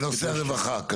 בנושא הרווחה.